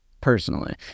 personally